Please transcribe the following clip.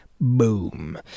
Boom